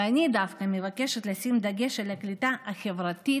ואני דווקא מבקשת לשים דגש על הקליטה החברתית,